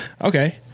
okay